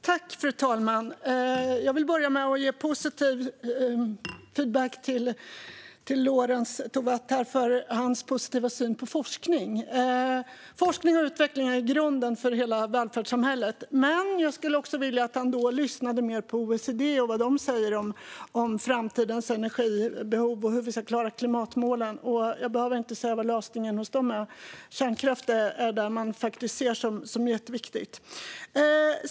Fru talman! Jag vill börja med att ge positiv feedback till Lorentz Tovatt för hans positiva syn på forskning. Forskning och utveckling är grunden för hela välfärdssamhället. Jag skulle dock vilja att han lyssnade mer på vad OECD säger om framtidens energibehov och hur vi ska klara klimatmålen. Jag behöver inte säga vad deras lösning är, men de anser att kärnkraften är jätteviktig.